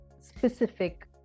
specific